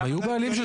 הם היו בעלים.